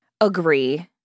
Agree